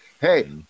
Hey